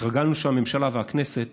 התרגלנו שהממשלה והכנסת